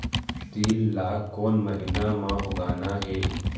तील ला कोन महीना म उगाना ये?